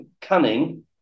Cunning